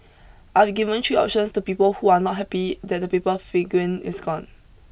I've given three options to people who are not happy that the paper figurine is gone